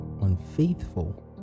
unfaithful